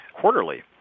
quarterly